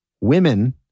women